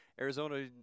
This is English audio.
Arizona